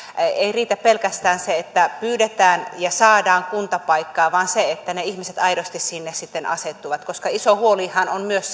ei riitä pelkästään se että pyydetään ja saadaan kuntapaikka vaan että ne ihmiset sitten aidosti sinne asettuvat iso huolihan on myös